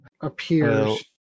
appears